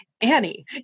Annie